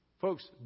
Folks